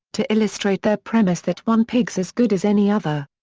to illustrate their premise that one pig's as good as any other.